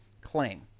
claim